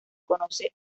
conoce